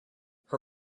her